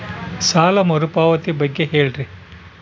ಸಾಲ ಮರುಪಾವತಿ ಬಗ್ಗೆ ಹೇಳ್ರಿ?